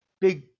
big